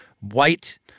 white